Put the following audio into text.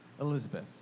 Elizabeth